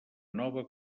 nova